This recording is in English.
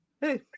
Hey